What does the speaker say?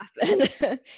happen